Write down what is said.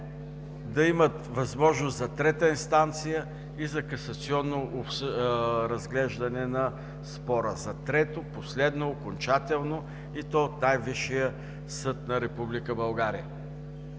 да имат възможност за трета инстанция и за касационно разглеждане на спора за трето, последно, окончателно и то от най-висшия съд на Република България.